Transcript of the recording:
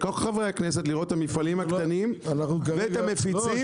לכל חברי הכנסת לראות את המפעלים הקטנים ואת המפיצים,